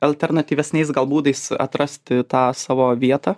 alternatyvesniais gal būdais atrasti tą savo vietą